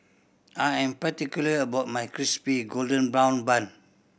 I am particular about my Crispy Golden Brown Bun